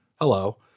hello